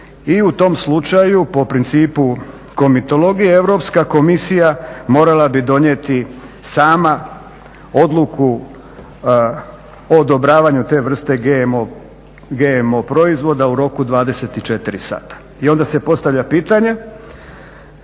i u tom slučaju po principu komitologije Europska komisija morala bi donijeti sama odluku o odobravanju te vrste GMO proizvoda u roku od 24 sata. I onda se postavlja pitanje